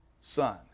son